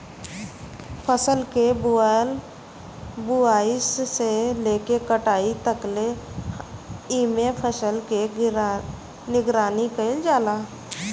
फसल के बोआई से लेके कटाई तकले एमे फसल के निगरानी कईल जाला